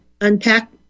unpack